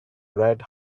red